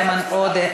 איימן עודה,